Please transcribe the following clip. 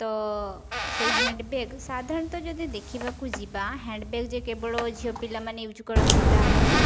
ତ ସେଇ ହ୍ୟାଣ୍ଡ୍ବ୍ୟାଗ୍ ସାଧାରଣତଃ ଯଦି ଦେଖିବାକୁ ଯିବା ହ୍ୟାଣ୍ଡ୍ବ୍ୟାଗ୍ ଯେ କେବଳ ଝିଅ ପିଲାମାନେ ୟୁଜ୍ କରନ୍ତି ତାହା ନୁହେଁ